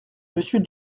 monsieur